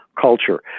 culture